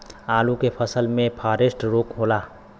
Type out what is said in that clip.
आलू के फसल मे फारेस्ट रोग होला?